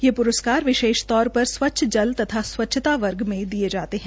ये प्रस्कार विशेषतौर पर स्वच्छ जल तथा स्वच्छता वर्ग में दिये जाते है